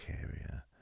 area